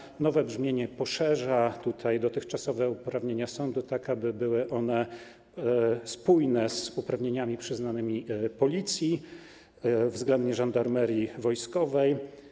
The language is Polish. Przepis w nowym brzmieniu poszerza dotychczasowe uprawnienia sądu tak, aby były one spójne z uprawnieniami przyznanymi Policji względnie Żandarmerii Wojskowej.